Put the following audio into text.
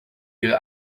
ihre